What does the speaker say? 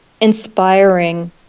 inspiring